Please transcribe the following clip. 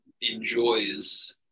enjoys